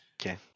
okay